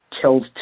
tells